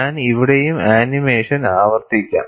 ഞാൻ ഇവിടെയും ആനിമേഷൻ ആവർത്തിക്കാം